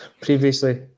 previously